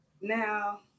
Now